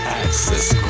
access